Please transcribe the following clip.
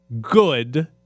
good